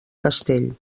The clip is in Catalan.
castell